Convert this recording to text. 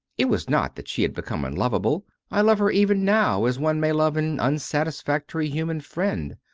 it was not that she had become unlovable. i love her even now as one may love an unsatisfactory human friend.